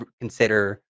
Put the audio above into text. consider